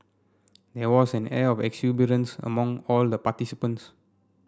there was an air of exuberance among all the participants